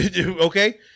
Okay